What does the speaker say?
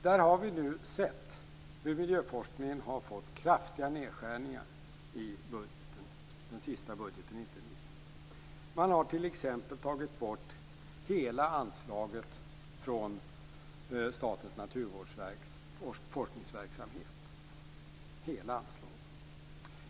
Där har vi nu sett hur miljöforskningen har fått kraftiga nedskärningar, inte minst i den senaste budgeten. Man har t.ex. tagit bort hela anslaget från Statens naturvårdsverks forskningsverksamhet.